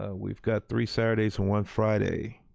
ah we've got three saturdays and one friday,